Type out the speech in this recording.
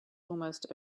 almost